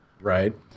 right